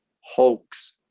hoax